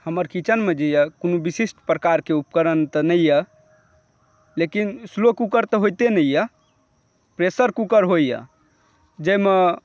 हमर किचन मे जे य कोनो विशिष्ट प्रकार के उपकरण तऽ नहि य लेकिन स्लो कुकर त होइते नै यऽ प्रेशर कुकर होइया जाहिमे